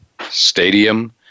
stadium